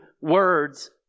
words